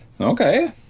okay